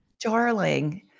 darling